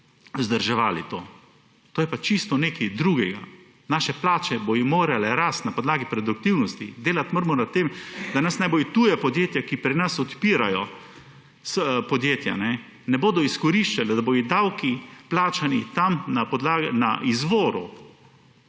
vzdrževali to. To je pa čisto nekaj drugega. Naše plače bodo morale rasti na podlagi produktivnosti. Delati moramo na tem, da nas ne bodo tuja podjetja, ki pri nas odpirajo podjetja, izkoriščala, da bodo davki plačani tam na izvoru